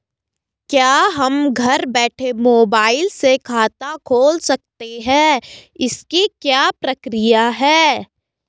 क्या हम घर बैठे मोबाइल से खाता खोल सकते हैं इसकी क्या प्रक्रिया है?